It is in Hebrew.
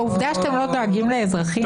העובדה שאתם לא דואגים לאזרחים מאוד מאוד מטרידה.